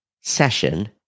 session